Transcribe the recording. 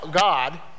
God